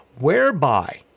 whereby